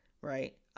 Right